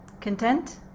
Content